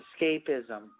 escapism